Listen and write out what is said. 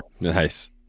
Nice